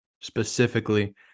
specifically